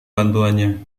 bantuannya